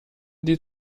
die